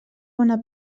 bona